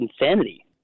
insanity